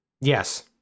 Yes